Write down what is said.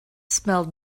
smelled